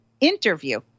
interview